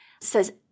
says